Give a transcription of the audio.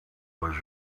was